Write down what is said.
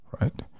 right